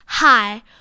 Hi